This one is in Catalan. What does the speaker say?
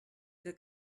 que